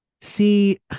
See